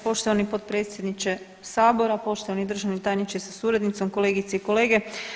Poštovani potpredsjedniče sabora, poštovani državni tajniče sa suradnicom, kolegice i kolege.